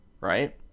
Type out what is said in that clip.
right